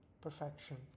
perfection